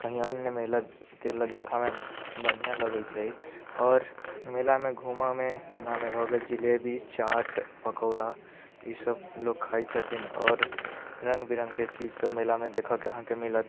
मेला तेला देखऽमे बढ़िआँ लगै छै आओर मेलामे घूमऽमे जेनामे भऽ गेल जिलेबी चाट पकोड़ा ई सब लोक खाइ छथिन आओर रङ्ग बिरङ्गके चीज सब मेलामे अहाँके देखऽके मिलत